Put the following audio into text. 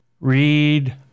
Read